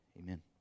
Amen